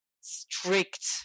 strict